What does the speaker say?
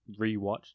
rewatched